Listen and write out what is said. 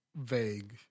vague